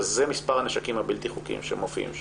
שזה מספר הנשקים הבלתי-חוקיים שמופיעים שם.